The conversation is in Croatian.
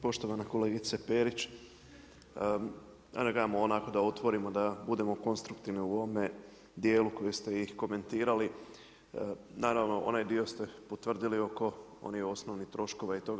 Poštovana kolegice Perić, ajde onako da otvorimo, da budemo konstruktivni u ovome dijelu koji ste i komentirali, naravno, onaj dio ste potvrdili oko onih osnovnih troškova i toga.